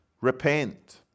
Repent